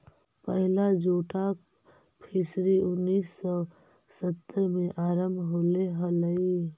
पहिला जोटाक फिशरी उन्नीस सौ सत्तर में आरंभ होले हलइ